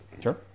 Sure